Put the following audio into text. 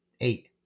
eight